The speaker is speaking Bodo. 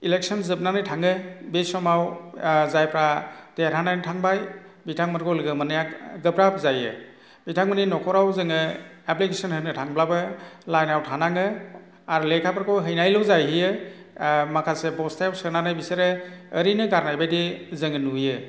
इलेकशन जोबनानै थाङो बे समाव जायफ्रा देरहानानै थांबाय बिथांमोनखौ लोगो मोननाया गोब्राब जायो बिथांमोननि न'खराव जोङो एप्लिकेसोन होनो थांब्लाबो लाइनाव थानाङो आरो लेखाफोरखौ हैनायल' जाहैयो माखासे बस्थायाव सोनानै बिसोरो ओरैनो गारनायबायदि जोङो नुयो